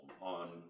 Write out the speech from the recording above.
on